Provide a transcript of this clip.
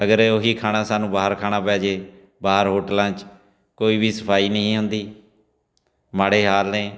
ਅਗਰ ਉਹੀ ਖਾਣਾ ਸਾਨੂੰ ਬਾਹਰ ਖਾਣਾ ਪੈ ਜੇ ਬਾਹਰ ਹੋਟਲਾਂ 'ਚ ਕੋਈ ਵੀ ਸਫਾਈ ਨਹੀਂ ਹੁੰਦੀ ਮਾੜੇ ਹਾਲ ਨੇ